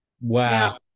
Wow